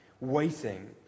waiting